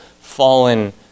fallen